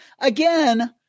again –